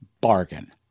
bargain